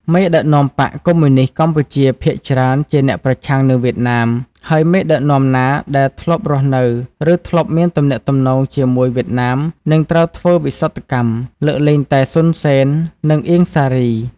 មេដឹកនាំបក្សរកុម្មុយនីស្តកម្ពុជាភាគច្រើនជាអ្នកប្រឆាំងនឹងវៀតណាម ហើយមេដឹកនាំណាដែលធ្លាប់រស់នៅ ឬធ្លាប់មានទំនាក់ទំនងជាមួយវៀតណាមនឹងត្រូវធ្វើវិសុទ្ធកម្ម (លើកលែងតែ សុន សេន និងអៀង សារី)។